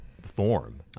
form